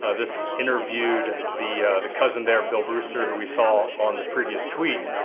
ah this interviewed the the cousin there, bill brewster, who we saw on the previous tweets,